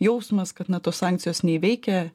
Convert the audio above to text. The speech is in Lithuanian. jausmas kad na tos sankcijos nei veikia